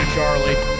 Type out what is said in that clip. Charlie